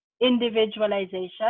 individualization